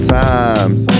times